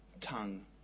tongue